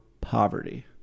poverty